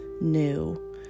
new